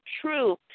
true